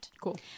cool